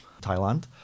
Thailand